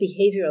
behavioral